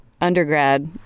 undergrad